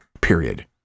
period